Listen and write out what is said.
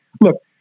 look